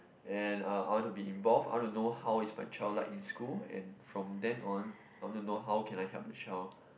and I I want to be involved I want to know how is my child like in school and from then on I want to know how can I help the child